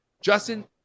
Justin